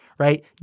right